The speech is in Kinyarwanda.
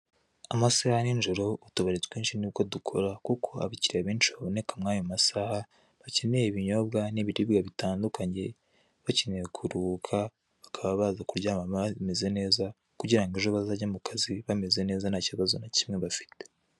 Amasaha ya ninjoro utubari twinshi nibwo dukora kuk' abakiriya benshi baboneka mwayo masaha bakeney' ibinyobwa n'ibiribwa bitandukanye ,bakeneye kuruhuka bakaba baza kuryama bameze neza kugirango ejo bazajye mukaz bameze neza, nta kibazo na kimwe bafite.